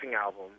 album